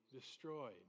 destroyed